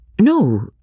No